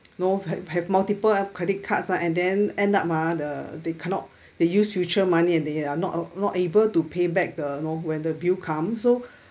know who have multiple of credit cards ah and then end up ah the they cannot they use future money and they are not not able to pay back the you know when the bill comes so